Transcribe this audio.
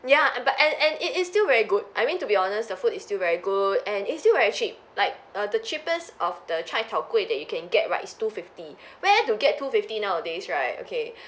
ya and but and and it is still very good I mean to be honest the food is still very good and it's still very cheap like err the cheapest of the chai tow kueh that you can get right is two fifty where to get two fifty nowadays right okay